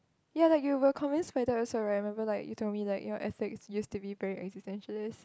ya like you were convinced by that also right I remember like you told me like your ethics used to be very existentialist